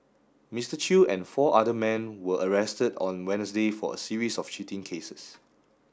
Mister Chew and four other men were arrested on Wednesday for a series of cheating cases